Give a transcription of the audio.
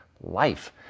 life